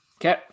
Okay